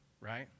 right